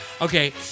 Okay